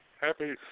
Happy